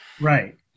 Right